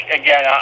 again